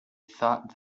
thought